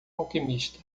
alquimista